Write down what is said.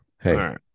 hey